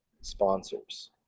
sponsors